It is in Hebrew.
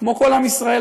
כמו כל עם ישראל,